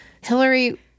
Hillary—